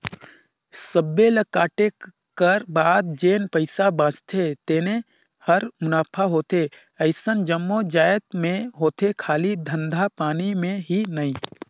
सबे ल कांटे कर बाद जेन पइसा बाचथे तेने हर मुनाफा होथे अइसन जम्मो जाएत में होथे खाली धंधा पानी में ही नई